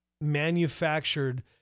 manufactured